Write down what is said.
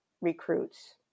recruits